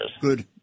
good